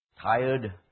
tired